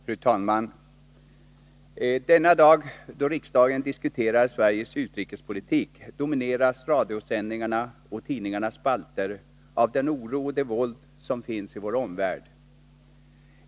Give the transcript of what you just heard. Fru talman! Denna dag, då riksdagen diskuterar Sveriges utrikespolitik, domineras radiosändningarna och tidningarnas spalter av den oro och det våld som finns i vår omvärld.